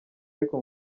ariko